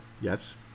Yes